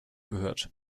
gehört